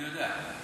אני יודע.